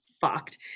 Fucked